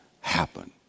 happen